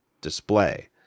display